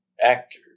actor